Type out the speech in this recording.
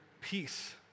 peace